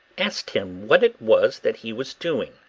asked him what it was that he was doing.